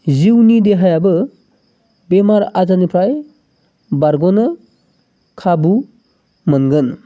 जिउनि देहायाबो बेमार आजारनिफ्राय बारग'नो खाबु मोनगोन